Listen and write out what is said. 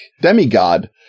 demigod